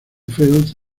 fields